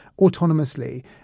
autonomously